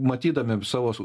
matydami savo